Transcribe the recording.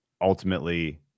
ultimately